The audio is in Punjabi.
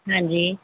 ਹਾਂਜੀ